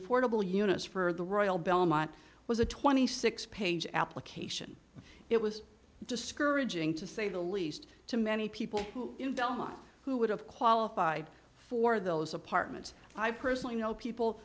affordable units for the royal belmont was a twenty six page application it was discouraging to say the least to many people who don't who would have qualified for those apartments i personally know people